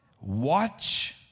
Watch